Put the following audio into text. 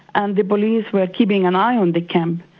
and the police were keeping an eye on the camp.